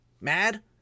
mad